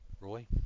Roy